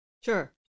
Sure